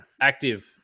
active